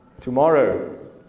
tomorrow